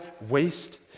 waste